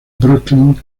brooklyn